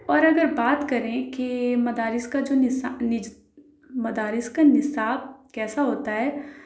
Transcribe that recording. اور اگر بات کریں کے مدارس کا جو مدارس کا نصاب کیسا ہوتا ہے